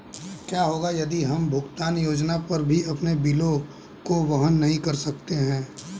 क्या होगा यदि हम भुगतान योजना पर भी अपने बिलों को वहन नहीं कर सकते हैं?